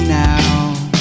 now